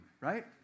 right